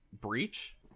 breach